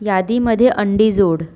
यादीमध्ये अंडी जोड